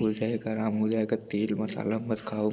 हो जाएगा आराम हो जाएगा तेल मसाला मत खाओ